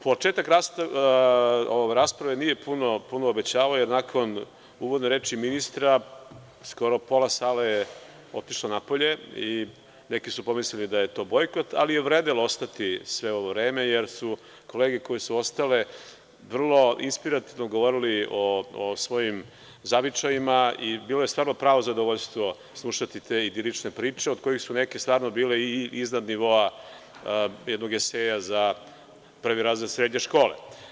Početak rasprave nije puno obećavao, jer nakon uvodne reči ministra, skoro pola sale je otišlo napolje i neki su pomislili da je to bojkot, ali je vredelo ostati sve ovo vreme, jer su kolege koje su ostale vrlo inspirativno govorili o svojim zavičajima i bilo je zaista pravo zadovoljstvo slušati te idilične priče, od kojih su neke stvarno bile i iznad nivoa jednog eseja za prvi razred srednje škole.